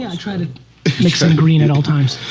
i try to mix in green at all times.